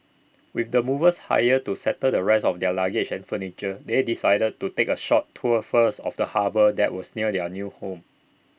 with the movers hired to settle the rest of their luggage and furniture they decided to take A short tour first of the harbour that was near their new home